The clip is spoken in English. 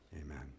Amen